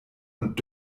und